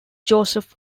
joseph